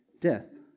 death